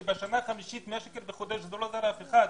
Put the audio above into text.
שבשנה החמישית 100 שקל בחודש לא עוזר לאף אחד.